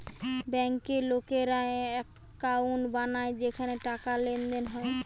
বেঙ্কে লোকেরা একাউন্ট বানায় যেখানে টাকার লেনদেন হয়